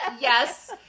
Yes